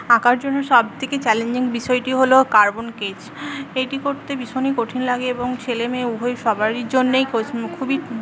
আঁকার জন্য সব থেকে চ্যালেঞ্জিং বিষয়টি হলো কার্বন স্কেচ এইটি করতে ভীষণই কঠিন লাগে এবং ছেলেমেয়ে উভয়ই সবারই জন্যেই খুবই